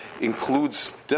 includes